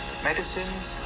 Medicines